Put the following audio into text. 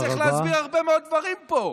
אני צריך להסביר הרבה מאוד דברים פה.